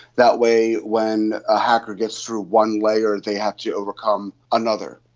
that way when a hacker gets through one layer they have to overcome another.